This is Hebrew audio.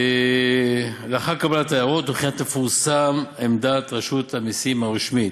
לאחר קבלת ההערות תפורסם עמדת רשות המסים הרשמית.